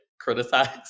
criticized